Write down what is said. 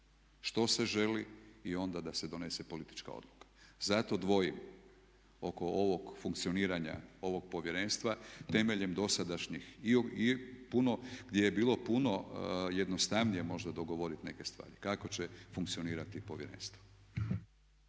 što se želi i onda da se donese politička odluka. Zato dvojim oko ovog funkcioniranja ovog povjerenstva temeljem dosadašnjih i puno, gdje je bilo puno jednostavnije možda dogovoriti neke stvari kako će funkcionirati povjerenstvo.